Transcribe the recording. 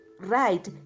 Right